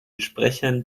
sprechern